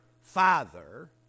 Father